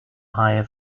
higher